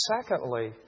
secondly